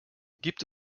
gibt